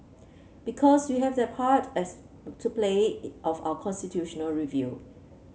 because we have that part as to play of our constitutional review